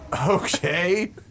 Okay